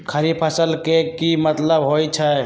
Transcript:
खरीफ फसल के की मतलब होइ छइ?